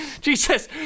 Jesus